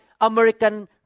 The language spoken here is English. American